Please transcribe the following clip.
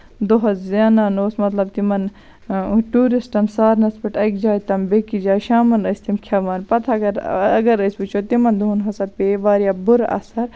دۄہَس زینان اوس مطلب تِمن ٹیوٗرِسٹَن سارنَس پٮ۪ٹھ اَکہِ جایہِ تام بیٚکِس جایہِ شامَن ٲسۍ تِم کھیٚوان پَتہٕ اَگر اَگر أسۍ وُچھو تِمن دۄہن ہسا پیٚیہِ واریاہ بُرٕ اَثر